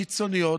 קיצוניות,